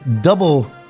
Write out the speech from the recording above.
double